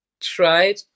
tried